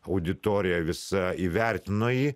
auditorija visa įvertino jį